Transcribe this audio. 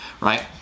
right